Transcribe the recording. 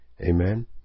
Amen